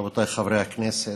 רבותיי חברי הכנסת,